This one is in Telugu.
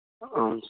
అవును సార్